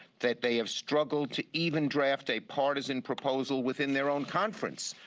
that they have struggled to even draft a partisan proposal within their own conference.